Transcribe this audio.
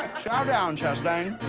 chowdown, chastain.